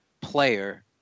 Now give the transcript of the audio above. player